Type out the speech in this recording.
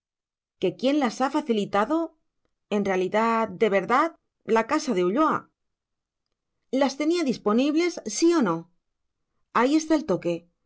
que quién las ha facilitado en realidad de verdad la casa de ulloa las tenía disponibles sí o no ahí está el toque